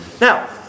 Now